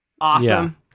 awesome